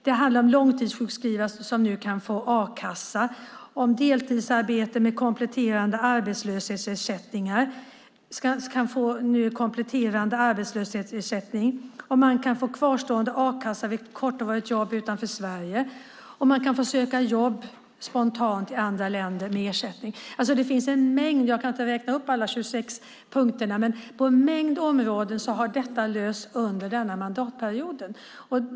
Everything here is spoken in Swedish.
Det handlar om långtidssjukskrivna som nu kan få a-kassa och om människor som arbetar deltid och nu kan få kompletterande arbetslöshetsersättning. Man kan få kvarstående a-kassa vid kortvarigt jobb utanför Sverige, och man kan spontant få söka jobb i andra länder med ersättning. Jag kan inte räkna upp alla 26 punkterna, men på en mängd områden har detta lösts under denna mandatperiod.